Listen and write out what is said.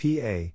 PA